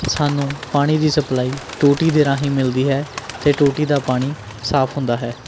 ਸਾਨੂੰ ਪਾਣੀ ਦੀ ਸਪਲਾਈ ਟੂਟੀ ਦੇ ਰਾਹੀਂ ਮਿਲਦੀ ਹੈ ਅਤੇ ਟੂਟੀ ਦਾ ਪਾਣੀ ਸਾਫ਼ ਹੁੰਦਾ ਹੈ